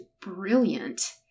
brilliant